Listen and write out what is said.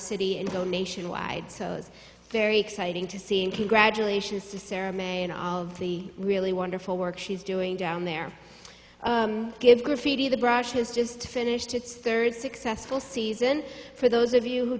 city and go nationwide so those very exciting to see and congratulations to sarah may and all of the really wonderful work she's doing down there give graffiti the brush has just finished its third successful season for those of you who